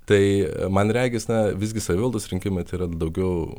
tai man regis na visgi savivaldos rinkimai yra daugiau